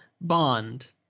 bond